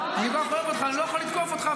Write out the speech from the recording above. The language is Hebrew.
אני לא יכול לתקוף אותך,